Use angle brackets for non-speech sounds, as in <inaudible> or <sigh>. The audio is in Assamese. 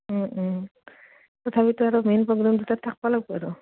তথাপিতো আৰু মেইন <unintelligible> থাকবা লাগব আৰু